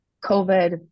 COVID